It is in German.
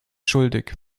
schuldig